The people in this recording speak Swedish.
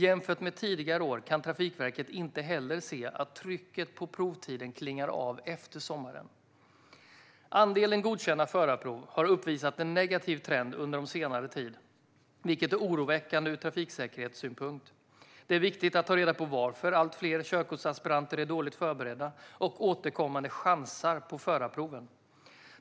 Jämfört med tidigare år kan Trafikverket inte heller se att trycket på provtider klingar av efter sommaren. Andelen godkända förarprov har uppvisat en negativ trend under senare tid, vilket är oroväckande ur trafiksäkerhetssynpunkt. Det är viktigt att ta reda på varför allt fler körkortsaspiranter är dåligt förberedda och återkommande chansar på förarproven.